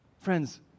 Friends